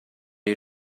you